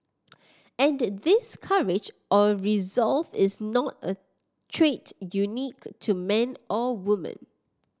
and this courage or resolve is not a trait unique to man or woman